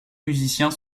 musiciens